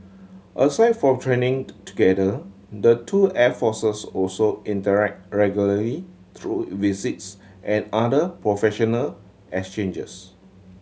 aside from training together the two air forces also interact regularly through visits and other professional exchanges